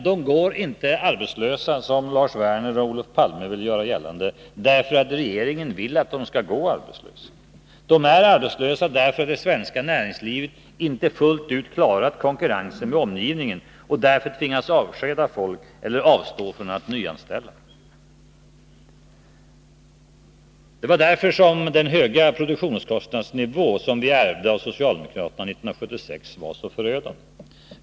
De går inte arbetslösa i dag därför att regeringen vill att de skall göra det, som Lars Werner och Olof Palme vill göra gällande. De är arbetslösa därför att det svenska näringslivet inte fullt ut klarat konkurrensen med omgivningen och därför tvingas avskeda folk eller avstå från nyanställningar. Det var därför som den höga produktionskostnadsnivå vi ärvde av socialdemokraterna 1976 var så förödande.